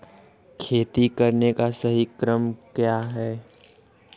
खेती करने का सही क्रम क्या है?